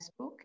Facebook